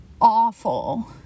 awful